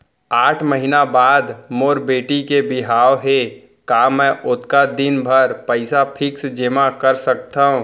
आठ महीना बाद मोर बेटी के बिहाव हे का मैं ओतका दिन भर पइसा फिक्स जेमा कर सकथव?